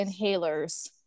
inhalers